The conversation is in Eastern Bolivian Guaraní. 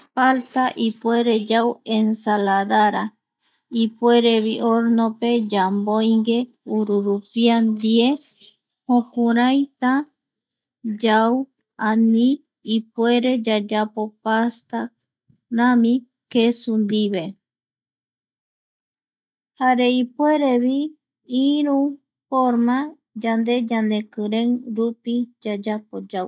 Palta ipuere yau enssaladara, ipuerevi horno pe yamboingue ururupia ndie jokurai ta yau añi ipuerevi yayapo pastarami kesu ndive jare ipuerevi iru forma yande ñanekirei rupi yayapo yau.